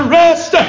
rest